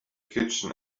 kitchen